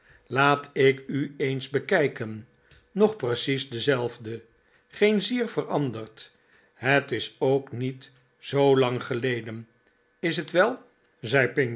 laat ik u eens bekijkenl nog precies dezelfde geen zier veranderd het is ook niet zoolang geleden is t wel zei